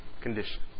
condition